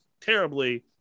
terribly